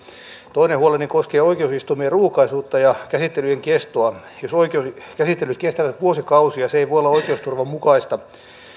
toinen huoleni koskee oikeusistuimien ruuhkaisuutta ja käsittelyjen kestoa jos oikeuskäsittelyt kestävät vuosikausia se ei voi olla oikeusturvan mukaista